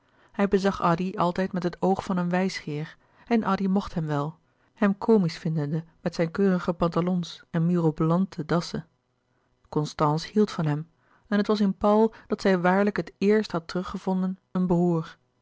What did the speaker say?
hij bezag addy altijd met het oog van een wijsgeer en addy mocht hem wel hem komisch vindende met zijn keurige pantalons en mirobolante dassen constance hield van hem en het was in paul dat zij waarlijk het eérst had teruggevonden een broêr